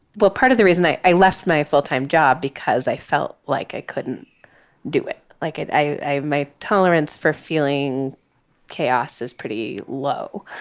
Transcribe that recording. well, part of the reason i i left my full time job because i felt like i couldn't do it like it. i have my tolerance for feeling chaos is pretty low.